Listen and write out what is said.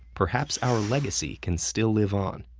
perhaps our legacy can still live on,